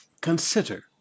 Consider